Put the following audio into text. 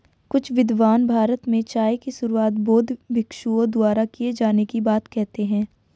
कुछ विद्वान भारत में चाय की शुरुआत बौद्ध भिक्षुओं द्वारा किए जाने की बात कहते हैं